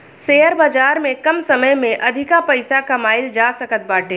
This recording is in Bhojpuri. शेयर बाजार में कम समय में अधिका पईसा कमाईल जा सकत बाटे